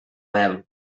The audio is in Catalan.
mel